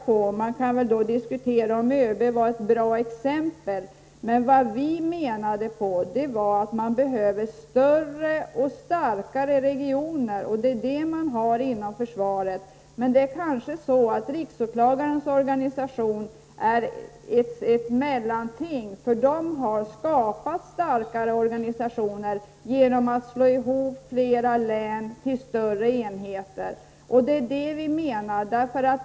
Sedan kan man diskutera om ÖB var ett bra exempel. Vad vi menar var att man behöver större och starkare regioner. Det har man inom försvaret. Det är kanske så att riksåklagarens organisation är ett mellanting. Där har man skapat starka organisationer genom att slå ihop flera län till större enheter. Det var så vi menade.